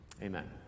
Amen